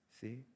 See